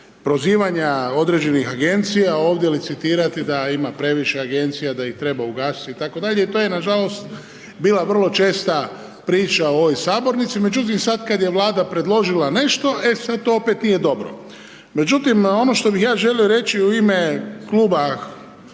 prozivanja određenih agencija ovdje licitirati da ima previše agencija, da ih treba ugasiti itd., i to je nažalost bila vrlo česta priča u ovoj sabornici međutim sad kad je Vlada predložila nešto, e sad to opet ide dobro. Međutim ono što bih ja želio reći u ime kluba